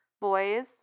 Boys